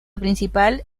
principal